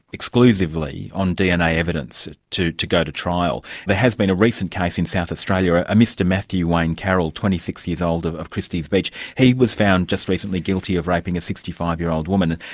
exclusively, on dna evidence to to go to trial. there has been a recent case in south australia, a mr matthew wayne carroll, twenty six years old of of christies beach, he was found just recently guilty of raping a sixty five year old woman.